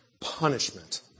Punishment